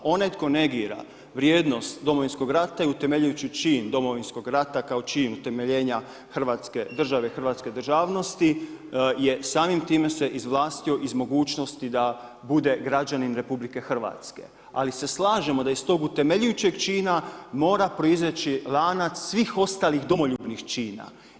Onaj tko negira vrijednost Domovinskog rata i utemeljujući čin Domovinskog rata kao čin utemeljenja hrvatske države, hrvatske državnosti je samim time se izvlastio iz mogućnosti da bude građanin RH, ali slažemo da iz tog utemeljujućeg čina mora proizaći lanac svih ostalih domoljubnih čina.